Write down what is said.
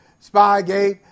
Spygate